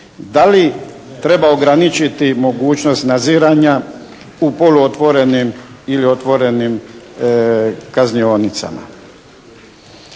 Da li treba ograničiti mogućnost nadziranja u poluotvorenim ili otvorenim kaznionicama?